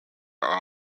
are